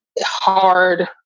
hard